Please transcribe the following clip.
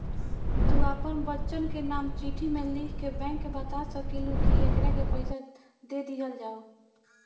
तू आपन बच्चन के नाम चिट्ठी मे लिख के बैंक के बाता सकेलू, कि एकरा के पइसा दे दिहल जाव